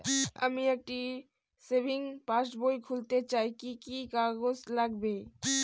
আমি একটি সেভিংস পাসবই খুলতে চাই কি কি কাগজ লাগবে?